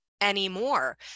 anymore